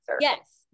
Yes